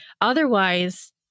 Otherwise